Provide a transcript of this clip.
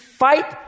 fight